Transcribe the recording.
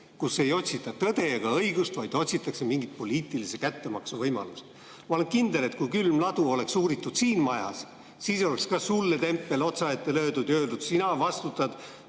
kus ei otsita tõde ega õigust, vaid otsitakse poliitilise kättemaksu võimalust. Ma olen kindel, et kui külmladu oleks uuritud siin majas, siis oleks ka sulle tempel otsaette löödud ja öeldud: "Sina vastutad.